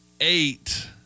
eight